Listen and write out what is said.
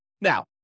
Now